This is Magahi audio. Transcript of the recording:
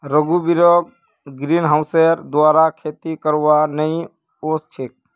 रघुवीरक ग्रीनहाउसेर द्वारा खेती करवा नइ ओस छेक